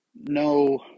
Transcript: no